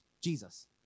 Jesus